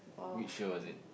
which year was it